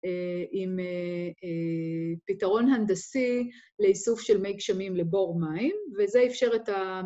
עם פתרון הנדסי לאיסוף של מי גשמים לבור מים וזה אפשר את ה...